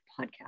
podcast